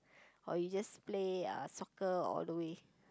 or you just play uh soccer all the way